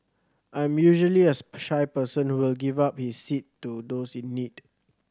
I'm usually a shy person who will give up his seat to those in need